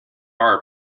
our